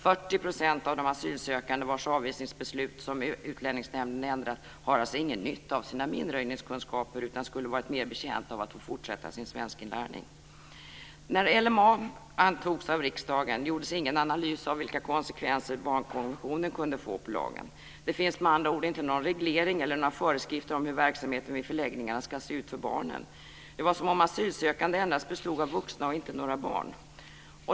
40 % av de asylsökande vars avvisningsbeslut Utlänningsnämnden ändrar har ingen nytta av sina minröjningskunskaper utan skulle varit mer betjänta av att få fortsätta sin svenskinlärning. När LMA antogs av riksdagen gjordes ingen analys av vilka konsekvenser barnkonventionen kunde få för lagen. Det finns med andra ord inte någon reglering eller några föreskrifter om hur verksamheten vid förläggningarna ska se ut för barnen. Det är som om asylsökande endast består av vuxna och inte några barn.